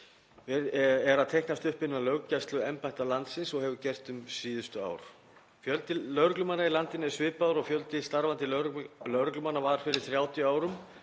sem er að teiknast upp innan löggæsluembætta landsins og hefur gert um síðustu ár. Fjöldi lögreglumanna í landinu er svipaður og fjöldi starfandi lögreglumanna var fyrir 35 árum